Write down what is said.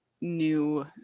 new